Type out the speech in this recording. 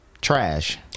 Trash